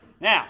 Now